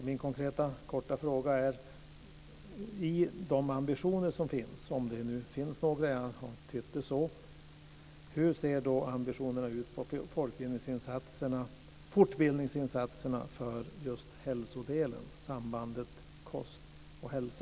Min konkreta och korta fråga är: I de ambitioner som finns, om det nu finns några - jag har tytt det så - hur ser fortbildningsinsatserna ut för hälsodelen, sambandet kost och hälsa?